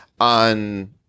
on